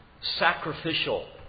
sacrificial